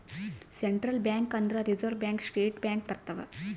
central bank ಅಂದ್ರ reserve bank state bank ಬರ್ತವ